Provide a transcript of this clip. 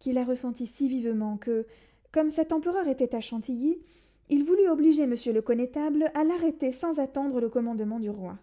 qui la ressentit si vivement que comme cet empereur était à chantilly il voulut obliger monsieur le connétable à l'arrêter sans attendre le commandement du roi